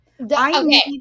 Okay